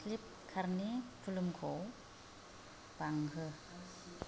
speaker नि भलियुम खौ बांहो